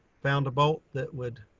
found a bolt that would,